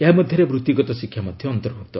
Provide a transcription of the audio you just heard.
ଏହା ମଧ୍ୟରେ ବୃତ୍ତିଗତ ଶିକ୍ଷା ମଧ୍ୟ ଅନ୍ତର୍ଭୁକ୍ତ